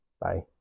Bye